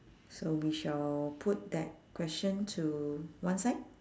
so we shall put that question to one side